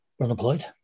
unemployed